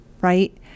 right